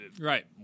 right